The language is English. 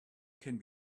can